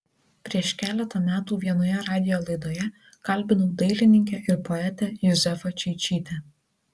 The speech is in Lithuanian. prieš keletą metų vienoje radijo laidoje kalbinau dailininkę ir poetę juzefą čeičytę